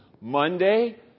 Monday